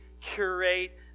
curate